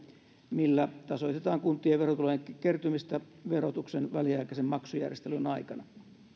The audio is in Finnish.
millä tasoitetaan kuntien verotulojen kertymistä verotuksen väliaikaisen maksujärjestelyn aikana